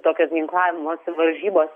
tokios ginklavimosi varžybos